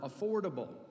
affordable